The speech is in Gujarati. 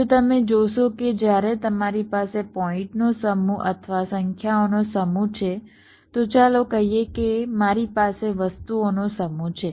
જો તમે જોશો કે જ્યારે તમારી પાસે પોઈન્ટનો સમૂહ અથવા સંખ્યાઓનો સમૂહ છે તો ચાલો કહીએ કે મારી પાસે વસ્તુઓનો સમૂહ છે